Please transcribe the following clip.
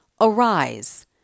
Arise